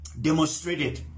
demonstrated